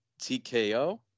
TKO